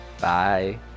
bye